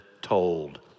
told